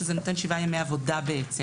וזה נותן שבעה ימי עבודה לא